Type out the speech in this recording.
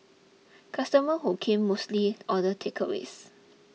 customers who come mostly order takeaways